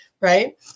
Right